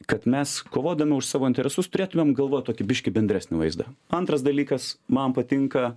kad mes kovodami už savo interesus turėtumėm galvoti tokį biškį bendresnį vaizdą antras dalykas man patinka